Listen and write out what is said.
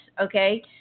okay